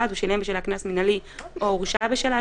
(1)הוא שילם בשלה קנס מינהלי או הורשע בשלה,